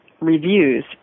reviews